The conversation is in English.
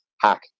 hack